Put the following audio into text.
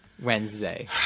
Wednesday